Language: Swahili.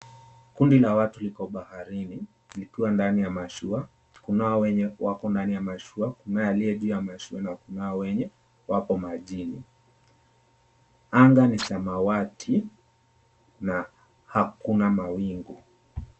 Kundi la watu liko baharini likiwa ndani ya mashua kunao walio ndani ya mashua kunae aliyejuu ya mashua kunao wenye wako majini anga ni samawati na hakuna mawingu.